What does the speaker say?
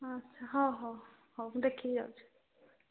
ଆଚ୍ଛା ହଉ ହଉ ହଉ ମୁଁ ଦେଖିକି ଯାଉଛିି